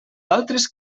altres